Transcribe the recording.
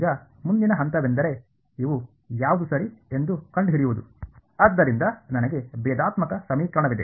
ಈಗ ಮುಂದಿನ ಹಂತವೆಂದರೆ ಇವು ಯಾವುದು ಸರಿ ಎಂದು ಕಂಡುಹಿಡಿಯುವುದು ಆದ್ದರಿಂದ ನನಗೆ ಭೇದಾತ್ಮಕ ಸಮೀಕರಣವಿದೆ